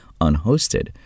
unhosted